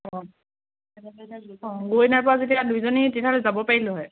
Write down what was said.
অঁ অঁ গৈ নাইপোৱা যেতিয়া দুয়োজনী তেতিয়াহ'লে যাব পাৰিলোঁ হয়